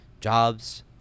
jobs